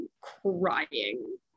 crying